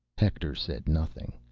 hector said nothing.